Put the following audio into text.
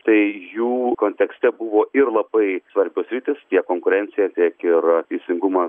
tai jų kontekste buvo ir labai svarbios sritys tiek konkurencija tiek ir teisingumas